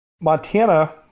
Montana